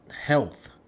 health